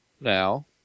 now